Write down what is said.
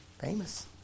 famous